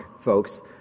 folks